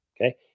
okay